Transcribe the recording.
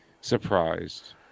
surprised